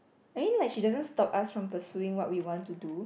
I mean like she doesn't stop us from pursuing what we want to do